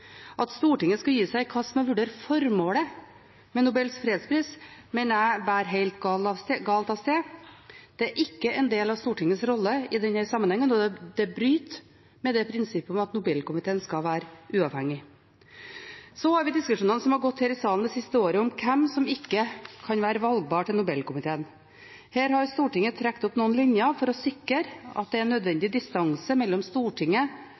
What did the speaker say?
At Stortinget skulle gi seg i kast med å vurdere formålet med Nobels fredspris, mener jeg bærer helt galt av sted. Det er ikke en del av Stortingets rolle i denne sammenhengen, og det bryter med prinsippet om at Nobelkomiteen skal være uavhengig. Så har vi diskusjonene som har gått her i salen det siste året, om hvem som ikke kan være valgbar til Nobelkomiteen. Her har Stortinget trukket opp noen linjer for å sikre at det er en nødvendig distanse mellom Stortinget